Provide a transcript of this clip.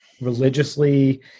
religiously